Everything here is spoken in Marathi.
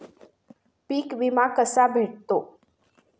पीक विमा कसा भेटतो?